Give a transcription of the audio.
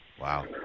wow